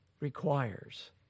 requires